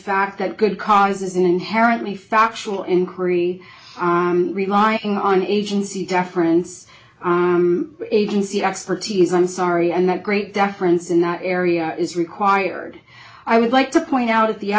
fact that good cause is an inherently factual inquiry relying on agency deference agency expertise i'm sorry and that great deference in that area is required i would like to point out at the